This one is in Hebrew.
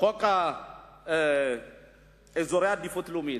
חוק אזורי עדיפות לאומית.